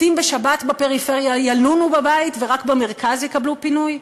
מתים בשבת בפריפריה ילונו בבית ורק במרכז יקבלו פינוי?